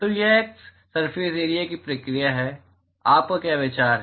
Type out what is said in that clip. तो यह एक सरफेस एरिया की प्रक्रिया है आपका क्या विचार है